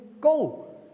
go